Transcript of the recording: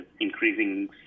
increasing